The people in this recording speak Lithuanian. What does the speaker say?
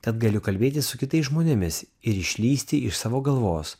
kad galiu kalbėtis su kitais žmonėmis ir išlįsti iš savo galvos